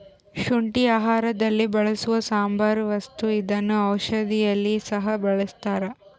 ಶುಂಠಿ ಆಹಾರದಲ್ಲಿ ಬಳಸುವ ಸಾಂಬಾರ ವಸ್ತು ಇದನ್ನ ಔಷಧಿಯಲ್ಲಿ ಸಹ ಬಳಸ್ತಾರ